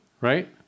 Right